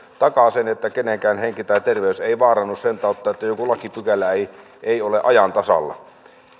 takaa sen että kenenkään henki tai terveys ei vaarannu sen kautta että joku lakipykälä ei ole ajan tasalla